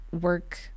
work